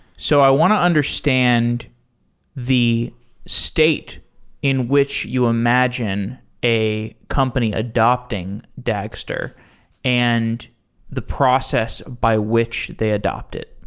so i want to understand the state in which you imagine a company adopting dagster and the process by which they adopt it.